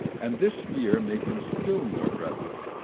and this fear made him still more breathless.